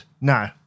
no